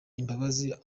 imbabazi